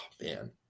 man